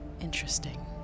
Interesting